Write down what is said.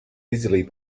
easily